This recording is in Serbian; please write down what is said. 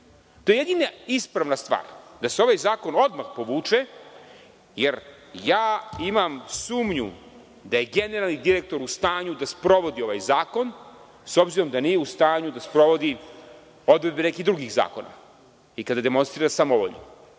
To je jedina ispravna stvar da se ovaj zakon odmah povuče, jer ja imam sumnju da je generalni direktor u stanju da sprovodi ovaj zakon, s obzirom da nije u stanju da sprovodi odredbe nekih drugih zakona i kada demonstrira samovolju.